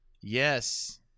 Yes